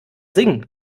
singen